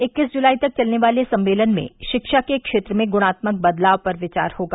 इक्कीस जुलाई तक चलने वाले सम्मेलन में शिक्षा के क्षेत्र में गुणात्मक बदलाव पर विचार होगा